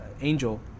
angel